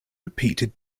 repeated